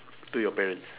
to your parents